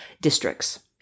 districts